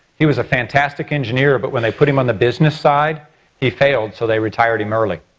he was a fantastic engineer, but when they put him on the business side he failed so they retired him early.